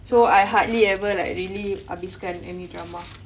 so I hardly ever like really habis kan any drama